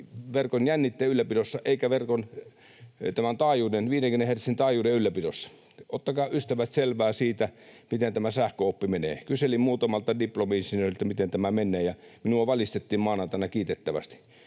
verkon jännitteen ylläpidossa eikä verkon taajuuden, 50 hertsin taajuuden, ylläpidossa. Ottakaa, ystävät, selvää siitä, miten tämä sähköoppi menee. Kyselin muutamalta diplomi-insinööriltä, miten tämä menee, ja minua valistettiin maanantaina kiitettävästi.